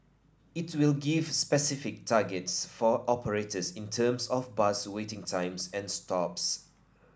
it will give specific targets for operators in terms of bus waiting times at stops